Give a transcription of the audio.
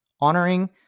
Honoring